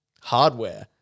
Hardware